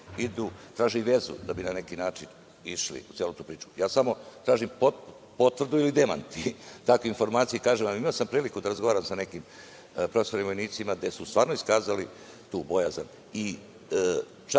idu, traže i vezu da bi na neki način išli. Ja samo tražim potvrdu ili demant takve informacije. Imao sam priliku da razgovaram sa nekim profesionalnim vojnicima, gde su stvarnu iskazali tu bojazan